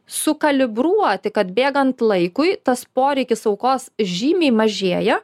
sukalibruoti kad bėgant laikui tas poreikis aukos žymiai mažėja